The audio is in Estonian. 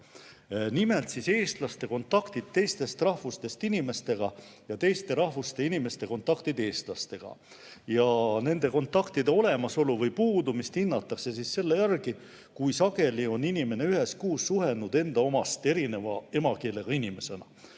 Nimelt, eestlaste kontaktid teistest rahvustest inimestega ja teiste rahvuste inimeste kontaktid eestlastega – nende kontaktide olemasolu või puudumist hinnatakse selle järgi, kui sageli on inimene ühes kuus suhelnud enda emakeelest erineva emakeelega inimesega.